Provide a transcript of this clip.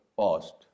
past